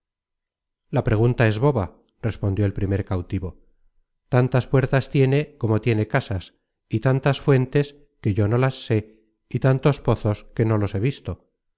la pregunta es boba respondió el primer cautivo tantas puertas tiene como tiene casas y tantas fuentes que yo no las sé y tantos pozos que no los he visto